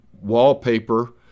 wallpaper